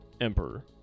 emperor